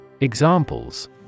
Examples